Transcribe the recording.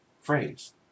phrase